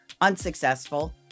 unsuccessful